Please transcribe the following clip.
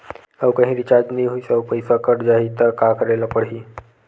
आऊ कहीं रिचार्ज नई होइस आऊ पईसा कत जहीं का करेला पढाही?